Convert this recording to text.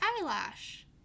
eyelash